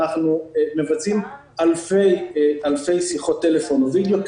אנחנו מבצעים אלפי שיחות טלפון או וידיאו.